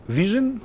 vision